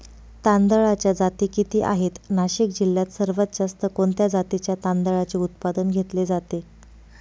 तांदळाच्या जाती किती आहेत, नाशिक जिल्ह्यात सर्वात जास्त कोणत्या जातीच्या तांदळाचे उत्पादन घेतले जाते?